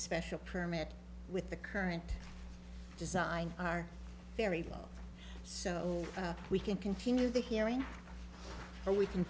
special permit with the current design are very low so we can continue the hearing or we can